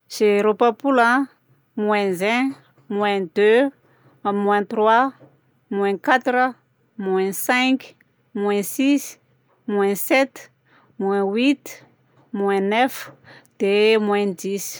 Zéro papola, moins un, moins deux, moins trois, moins quatre, moins cinq, moins six, moins sept, moins huit, moins neuf, dia moins dix.